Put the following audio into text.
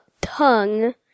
tongue